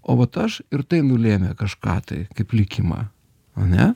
o vat aš ir tai nulėmė kažką tai kaip likimą ane